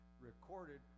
recorded